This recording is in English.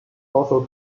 also